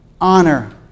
honor